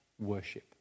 worship